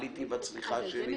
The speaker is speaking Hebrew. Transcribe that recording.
עליתי בצריכה שלי.